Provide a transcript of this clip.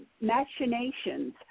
machinations